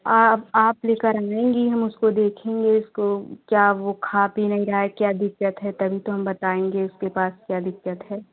आप आप लेकर आएँगी हम उसको देखेंगे उसको क्या वह खा पी नहीं रहा है क्या दिक़्क़त है तभी तो हम बताएँगे उसके पास क्या दिक़्क़त है